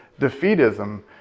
defeatism